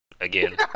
again